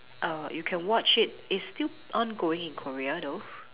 uh you can watch it it's still ongoing in Korea though